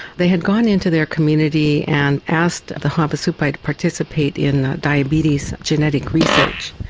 they had gone in to their community and asked the havasupai to participate in diabetes genetic research.